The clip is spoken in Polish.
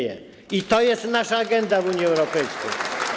I to jest nasza agenda w Unii Europejskiej.